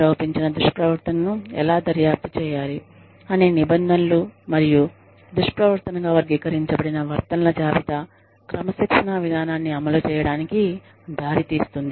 ఆరోపించిన దుష్ప్రవర్తనను ఎలా దర్యాప్తు చేయాలి అనే నిబంధనలు మరియు దుష్ప్రవర్తనగా వర్గీకరించబడిన ప్రవర్తనల జాబితా క్రమశిక్షణా విధానాన్ని అమలు చేయడానికి దారి తీస్తుంది